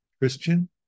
christian